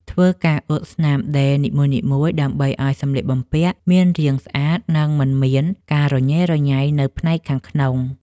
ធ្វើការអ៊ុតស្នាមដេរនីមួយៗ ដើម្បីឱ្យសម្លៀកបំពាក់មានរាងស្អាត និងមិនមានការរញ៉េរញ៉ៃនៅផ្នែកខាងក្នុង។